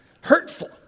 hurtful